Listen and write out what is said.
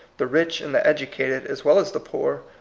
the rich and the educated as well as the poor,